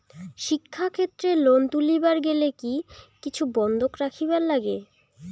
শিক্ষাক্ষেত্রে লোন তুলির গেলে কি কিছু বন্ধক রাখিবার লাগে?